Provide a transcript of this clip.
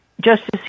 Justice